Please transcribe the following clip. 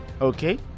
okay